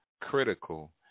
critical